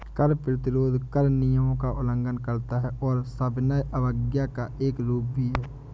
कर प्रतिरोध कर नियमों का उल्लंघन करता है और सविनय अवज्ञा का एक रूप भी है